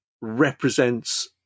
represents